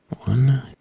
One